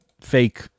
fake